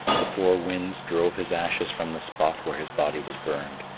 the four winds drove his ashes from the spot where his body was burned.